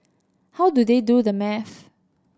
how do they do the maths